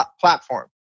platform